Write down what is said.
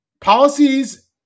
policies